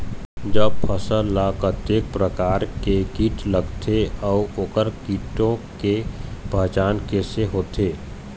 जब फसल ला कतेक प्रकार के कीट लगथे अऊ ओकर कीटों के पहचान कैसे होथे?